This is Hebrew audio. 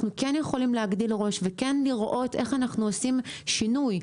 אנחנו כן יכולים להגדיל לראש וכן לראות איך אנחנו עושים שינוי.